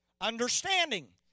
Understanding